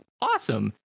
Awesome